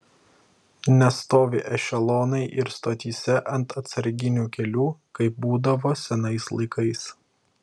nestovi ešelonai ir stotyse ant atsarginių kelių kaip būdavo senais laikais